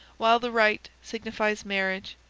while the right signifies marriage,